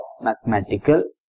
mathematical